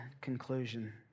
conclusion